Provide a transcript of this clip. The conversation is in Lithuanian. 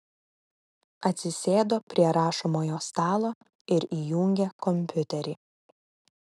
atsisėdo prie rašomojo stalo ir įjungė kompiuterį